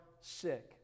sick